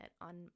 on